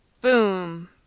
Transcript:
Boom